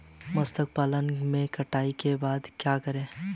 मत्स्य पालन में कटाई के बाद क्या है?